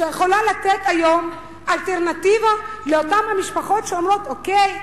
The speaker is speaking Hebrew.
שיכולה לתת היום אלטרנטיבה לאותן המשפחות שאומרות: אוקיי,